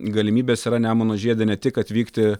galimybės yra nemuno žiede ne tik atvykti